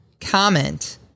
comment